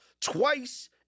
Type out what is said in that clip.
twice